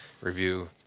review